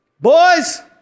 Boys